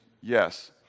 yes